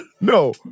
No